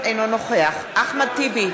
אינו נוכח אחמד טיבי,